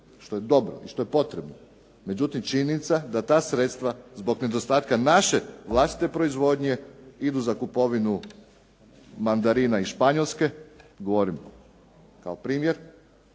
što je dobro i što je potrebno, međutim činjenica da ta sredstva zbog nedostatka naše vlastite proizvodnje idu za kupovinu mandarina iz Španjolske, govorim kao primjer,